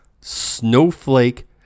snowflake